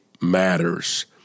matters